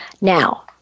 Now